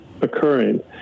occurring